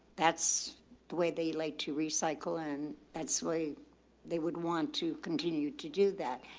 that's the way they like to recycle and that's why they would want to continue to do that.